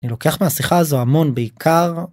אני לוקח מהשיחה הזו המון בעיקר